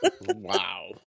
Wow